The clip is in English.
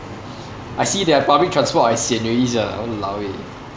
I see their public transport I sian already sia !walao! eh